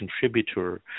contributor